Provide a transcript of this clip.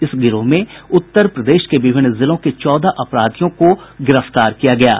इस गिरोह में उत्तर प्रदेश के विभिन्न जिलों के चौदह अपराधियों को गिरफ्तार किया गया है